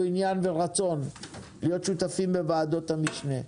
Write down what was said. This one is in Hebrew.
עניין ורצון להיות שותפים בוועדות המשנה.